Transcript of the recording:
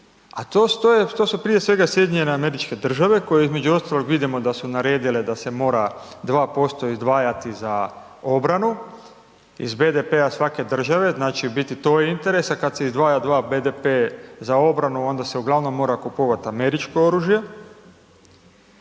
a to su prije svega SAD koje između ostaloga vidimo da su naredile da se mora 2% izdvajati za obranu iz BDP-a svake države, znači, biti to interesa kad se izdvaja 2% BDP za obranu, onda se uglavnom mora kupovat američko oružje